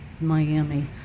Miami